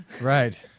Right